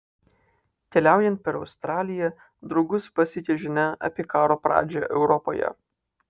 keliaujant per australiją draugus pasiekia žinia apie karo pradžią europoje